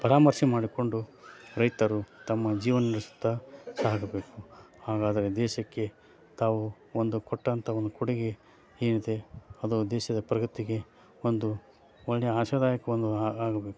ಪರಾಮರ್ಶೆ ಮಾಡಿಕೊಂಡು ರೈತರು ತಮ್ಮ ಜೀವನ ನಡೆಸುತ್ತಾ ಸಾಗಬೇಕು ಹಾಗಾದರೆ ದೇಶಕ್ಕೆ ತಾವು ಒಂದು ಕೊಟ್ಟಂಥ ಒಂದು ಕೊಡುಗೆ ಏನಿದೆ ಅದು ದೇಶದ ಪ್ರಗತಿಗೆ ಒಂದು ಒಳ್ಳೆಯ ಆಶಾದಾಯಕ ಒಂದು ಆಗಬೇಕು